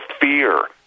fear